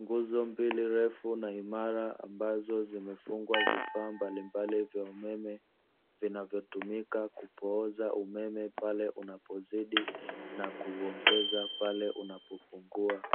Nguzo mbili refu na imara ambazo zimefungwa vifaa mbalimbali vya umeme, vinavyotumika kupooza umeme pale unapozodi na kuuongeza pale unapopungua,